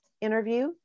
interview